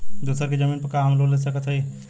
दूसरे के जमीन पर का हम लोन ले सकत हई?